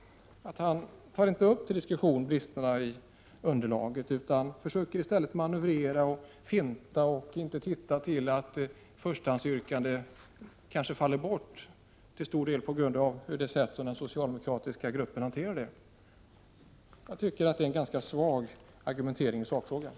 Han tar inte upp till diskussion underlagets brister, utan försöker i stället manövrera och bortse från att förstahandsyrkandet kanske har fallit bort, till stor del på grund av det sätt på vilket den socialdemokratiska gruppen har hanterat frågan. Jag tycker alltså att det rör sig om en ganska svag argumentering i sakfrågan.